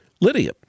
Lydia